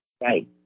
right